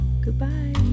Goodbye